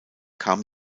kam